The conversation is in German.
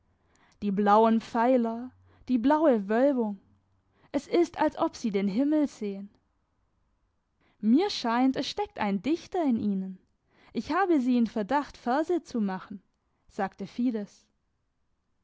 die blauen pfeiler die blaue wölbung es ist als ob sie den himmel sehen mir scheint es steckt ein dichter in ihnen ich habe sie in verdacht verse zu machen sagte fides